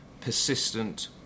persistent